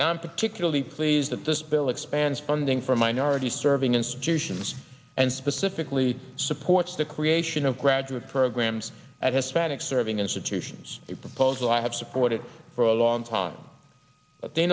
i'm particularly pleased that this bill expands funding for minority serving institutions and specifically supports the creation of graduate programs at hispanic serving institutions a proposal i have supported for a long time but they